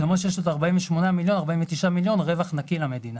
זה אומר שיש עוד 49 מיליון שקל רווח נקי למדינה.